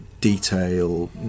detail